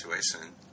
situation